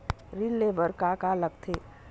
ऋण ले बर का का लगथे?